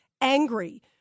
angry